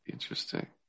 Interesting